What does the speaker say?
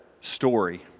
story